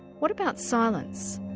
what about silence?